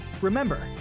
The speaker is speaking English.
remember